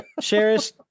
Sherris